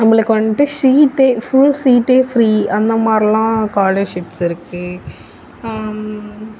நம்மளுக்கு வந்துட்டு சீட்டே புல் சீட்டே ஃப்ரீ அந்த மாதிரிலாம் ஸ்காலர்ஷிப்ஸ் இருக்குது